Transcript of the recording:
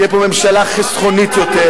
תהיה פה ממשלה חסכנית יותר,